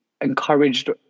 encouraged